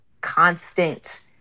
constant